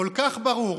כל כך ברור,